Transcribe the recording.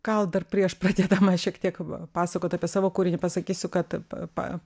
gal dar prieš pradėdama šiek tiek a pasakot apie savo kūrinį pasakysiu kad pa